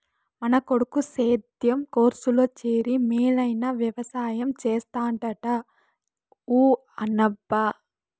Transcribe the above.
మన కొడుకు సేద్యం కోర్సులో చేరి మేలైన వెవసాయం చేస్తాడంట ఊ అనబ్బా